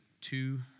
two